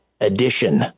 edition